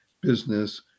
business